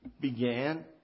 began